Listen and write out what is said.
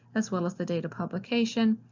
as well as the date of publication.